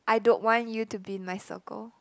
I don't want you to be in my circle